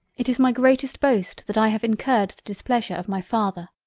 it is my greatest boast that i have incurred the displeasure of my father!